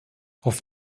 auf